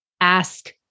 ask